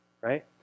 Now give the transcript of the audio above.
right